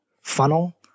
funnel